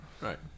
Right